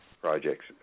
projects